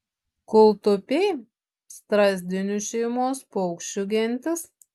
kūltupiai strazdinių šeimos paukščių gentis